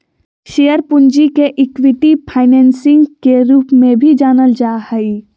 share पूंजी के equity financing के रूप में भी जानल जा हइ